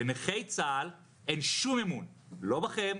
לנכי צה"ל אין שום אמון לא בכם,